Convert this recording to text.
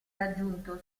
aggiunto